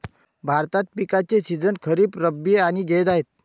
भारतात पिकांचे सीझन खरीप, रब्बी आणि जैद आहेत